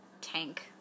tank